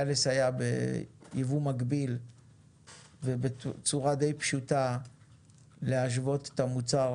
לסייע בייבוא מקביל ובצורה די פשוטה להשוות את המוצר